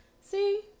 See